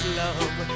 love